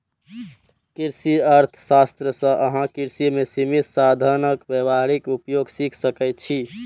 कृषि अर्थशास्त्र सं अहां कृषि मे सीमित साधनक व्यावहारिक उपयोग सीख सकै छी